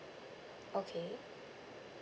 okay